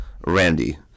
randy